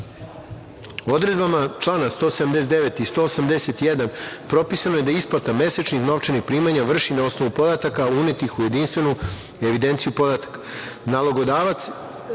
ličnosti. Odredbama člana 179. i 181. propisano je da se isplata mesečnih novčanih primanja vrši na osnovu podataka unetih u jedinstvenu evidenciju podataka.